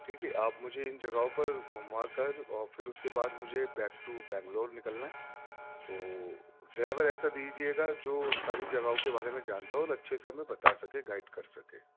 ٹھیک ہے آپ مجھے ان جگہوں پر گھما کر اور پھر اس کے بعد مجھے بیک ٹو بنگلور نکلنا ہے تو ڈرائیور ایسا دیجیے گا جو ساری جگہوں کے بارے میں جانتا ہو اور اچھے سے ہمیں بتا سکے گائڈ کر سکے